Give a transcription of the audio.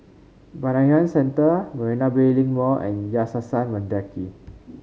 Bayanihan Centre Marina Bay Link Mall and Yayasan Mendaki